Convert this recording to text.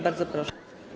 Bardzo proszę.